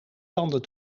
tanden